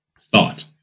thought